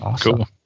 cool